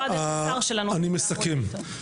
אני מסכם.